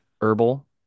herbal